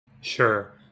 Sure